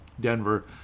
Denver